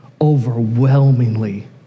overwhelmingly